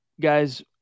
Guys